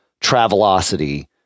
Travelocity